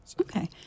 Okay